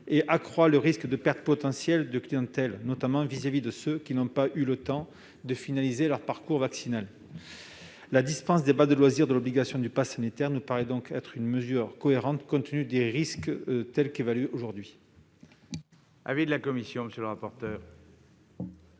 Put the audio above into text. et accroît le risque de perte de clientèle, notamment vis-à-vis de ceux qui n'ont pas eu le temps de finaliser leur parcours vaccinal. La dispense des bases de loisirs de l'obligation du passe sanitaire nous paraît donc une mesure cohérente, compte tenu des risques évalués aujourd'hui. Quel est l'avis de la commission ? Comme pour